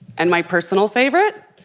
and my personal favorite,